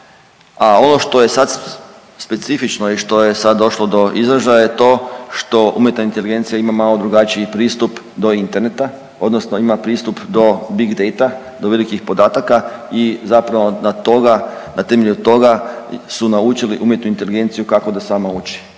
a ono što je sad specifično i što je sad došlo do izražaja je to što umjetna inteligencija ima malo drugačiji pristup do interneta, odnosno ima pristup do big data, do velikih podataka i zapravo na toga, na temelju toga su naučili umjetnu inteligenciju kako da sama uči